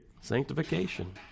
Sanctification